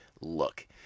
look